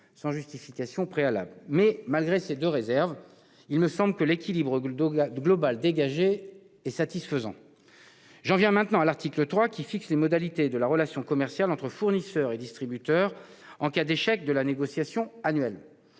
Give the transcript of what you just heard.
sans justification préalable. Toutefois, malgré ces deux réserves, l'équilibre global auquel la CMP est parvenue me semble satisfaisant. J'en viens maintenant à l'article 3, qui fixe les modalités de la relation commerciale entre fournisseurs et distributeurs en cas d'échec de la négociation annuelle.